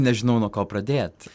nežinau nuo ko pradėt